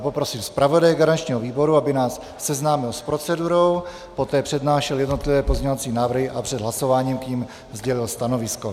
Poprosím zpravodaje garančního výboru, aby nás seznámil s procedurou, poté přednášel jednotlivé pozměňovacími návrhy a před hlasováním k nim sdělil stanovisko.